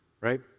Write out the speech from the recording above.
right